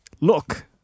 Look